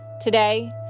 Today